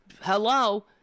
hello